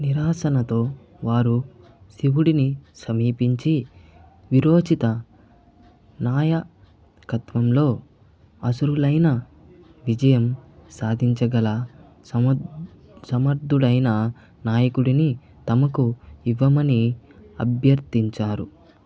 నిరాశనతో వారు శివుడిని సమీపించి వీరోచిత నాయ కత్వంలో అసురులైన విజయం సాధించగల సమ సమర్థుడైన నాయకుడిని తమకు ఇవ్వమని అభ్యర్థించారు